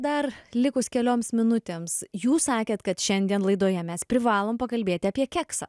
dar likus kelioms minutėms jūs sakėt kad šiandien laidoje mes privalom pakalbėti apie keksą